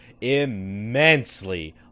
immensely